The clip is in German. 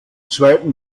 zweiten